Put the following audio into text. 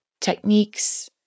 techniques